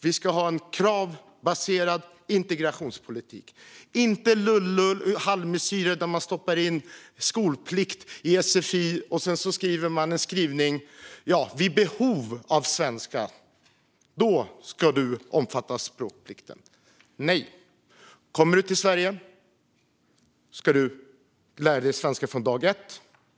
Vi ska ha en kravbaserad integrationspolitik, inte lullull och halvmesyrer där man stoppar in skolplikt i sfi men sedan skriver: Vid behov av svenska ska du omfattas av språkplikten. Nej! Kommer du till Sverige ska du lära dig svenska från dag ett.